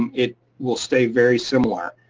it will stay very similar.